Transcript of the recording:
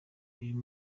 uyu